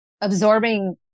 absorbing